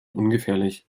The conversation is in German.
ungefährlich